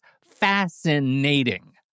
fascinating